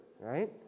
right